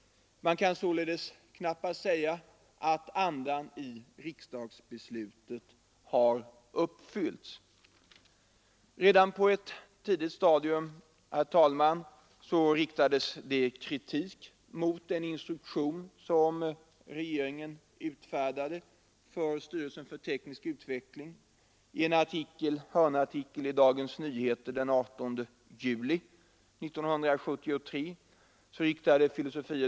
Man kan således knappast säga att andan i riksdagsbeslutet har uppfyllts. Redan på ett tidigt stadium, herr talman, riktades det kritik mot den instruktion som regeringen utfärdade för styrelsen för teknisk utveckling. I en hörnartikel i Dagens Nyheter den 18 juli 1973 riktade fil.